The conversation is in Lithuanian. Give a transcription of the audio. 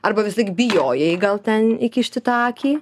arba visąlaik bijojai gal ten įkišti tą akį